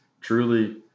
truly